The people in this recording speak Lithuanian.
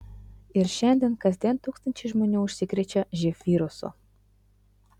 ir šiandien kasdien tūkstančiai žmonių užsikrečia živ virusu